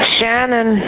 Shannon